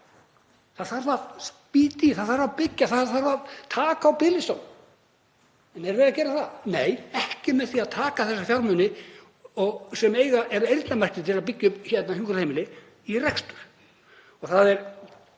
Það þarf að spýta í, það þarf að byggja. Það þarf að taka á biðlistunum. En erum við að gera það? Nei, ekki með því að taka þessa fjármuni, sem eru eyrnamerktir til að byggja upp hjúkrunarheimili, í rekstur. Það er